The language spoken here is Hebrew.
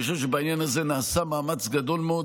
אני חושב שבעניין הזה נעשה מאמץ גדול מאוד,